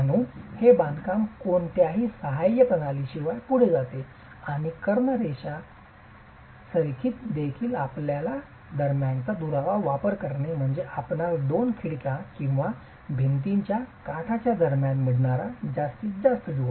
म्हणून हे बांधकाम कोणत्याही सहाय्य प्रणालीशिवाय पुढे जाते आणि कर्ण रेषा संरेखित देखील आपल्या दरम्यानच्या दुव्याचा वापर करणे म्हणजे आपणास दोन खिडक्या किंवा भिंतीच्या काठाच्या दरम्यान मिळणारा जास्तीत जास्त दुवा